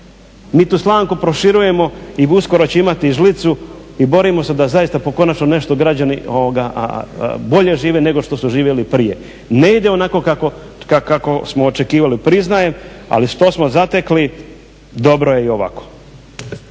mi tu slamku proširujemo i uskoro će imati žlicu i borimo se da zaista konačno nešto građani bolje žive nego što su živjeli prije. Ne ide onako kako smo očekivali, priznajem, ali što smo zatekli dobro je i ovako.